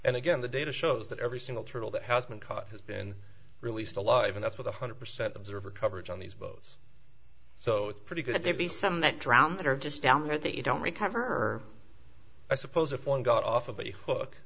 and again the data shows that every single turtle that has been caught has been released alive and that's with one hundred percent observer coverage on these boats so it's pretty good there be some that drown that are just down there that you don't recover i suppose if one got off of a hook